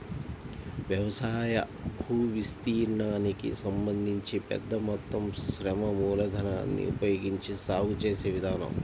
వ్యవసాయ భూవిస్తీర్ణానికి సంబంధించి పెద్ద మొత్తం శ్రమ మూలధనాన్ని ఉపయోగించి సాగు చేసే విధానం